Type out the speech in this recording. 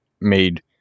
made